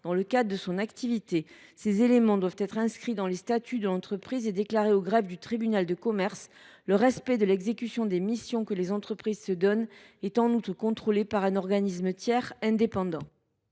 donne pour mission de viser. Ces éléments doivent être inscrits dans les statuts de l’entreprise et être déclarés au greffe du tribunal de commerce. Le respect de l’exécution des missions que les entreprises se donnent est, en outre, contrôlé par un organisme tiers indépendant.